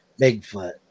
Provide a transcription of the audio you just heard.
Bigfoot